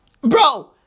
bro